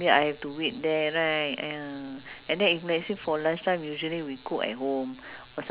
ah actually there are a few stalls there ah that which they serve good food but it's just that they open late